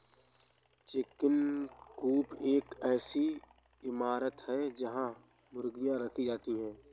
chicken coop एक ऐसी इमारत है जहां मुर्गियां रखी जाती हैं